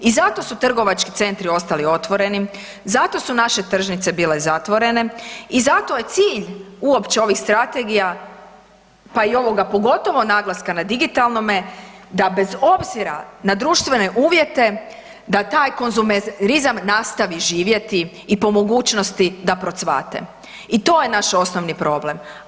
I zato su trgovački centri ostali otvorenim, zato su naše tržnice bile zatvorene i zato je cilj uopće ovih strategija, pa i ovoga pogotovo naglaska na digitalnome da bez obzira na društvene uvjete da taj konzumerizam nastavi živjeti i po mogućnosti da procvate i to je naš osnovni problem.